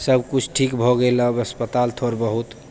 सबकिछु ठीक भऽ गेल अब अस्पताल थोड़ बहुत